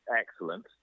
excellent